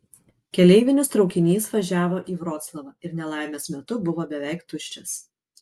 keleivinis traukinys važiavo į vroclavą ir nelaimės metu buvo beveik tuščias